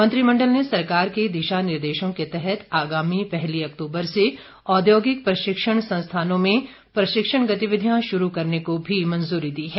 मंत्रिमंडल ने सरकार के दिशा निर्देशों के तहत आगामी पहली अक्तूबर से औद्योगिक प्रशिक्षण संस्थानों में प्रशिक्षण गतिविधियां शुरू करने पर भी मंजूरी दी है